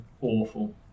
awful